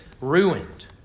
ruined